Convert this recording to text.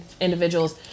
individuals